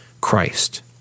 Christ